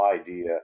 idea